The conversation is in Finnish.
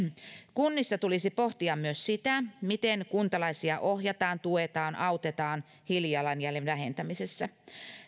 kunnissa tulisi pohtia myös sitä miten kuntalaisia ohjataan tuetaan autetaan hiilijalanjäljen vähentämisessä